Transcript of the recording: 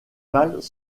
mâles